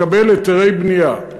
לקבל היתרי בנייה,